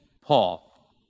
Paul